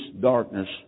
darkness